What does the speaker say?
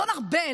אדון ארבל,